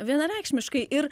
vienareikšmiškai ir